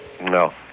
No